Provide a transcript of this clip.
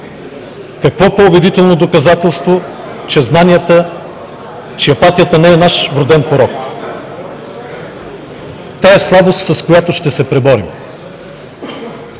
Какво по-убедително доказателство, че знанията, че апатията не е наш вроден порок? Тя е слабост, с която ще се преборим.